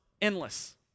endless